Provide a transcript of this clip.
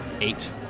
eight